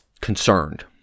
concerned